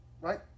right